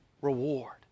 reward